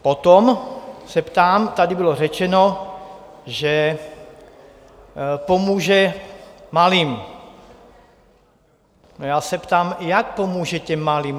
Potom se ptám: tady bylo řečeno, že pomůže malým no, já se ptám, jak pomůže těm malým?